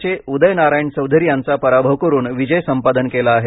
चे उदय नारायण चौधरी यांचा पराभव करून विजय संपादन केला आहे